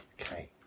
Okay